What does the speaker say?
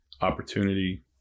opportunity